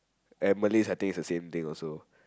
and Malays I think it's the same thing also